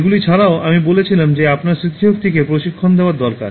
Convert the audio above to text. এগুলি ছাড়াও আমি বলেছিলাম যে আপনার স্মৃতিশক্তিকে প্রশিক্ষণ দেওয়ার দরকার